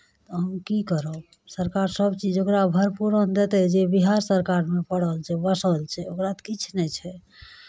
हम की करब सरकार सभचीज ओकरा भरपूर देतै जे बिहार सरकारमे पड़ल छै बसल छै ओकरा तऽ किछु नहि छै